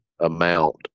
amount